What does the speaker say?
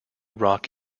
rock